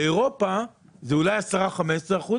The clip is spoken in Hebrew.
באירופה זה אולי 10%,15%,